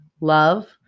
love